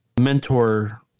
mentor